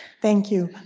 thank you.